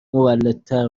مولدتر